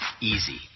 easy